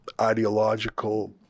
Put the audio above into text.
ideological